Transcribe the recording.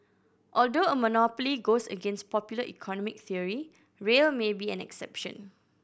although a monopoly goes against popular economic theory rail may be an exception